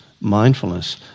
mindfulness